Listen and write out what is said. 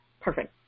perfect